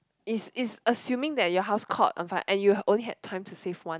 if if assuming that your house caught on fire and you only had time to save one